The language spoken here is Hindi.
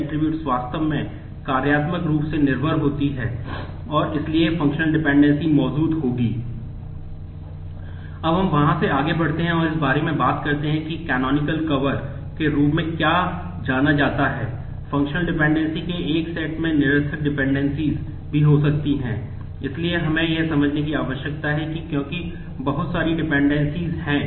अब हम वहां से आगे बढ़ते हैं और इस बारे में बात करते हैं कि कैनोनिकल कवर है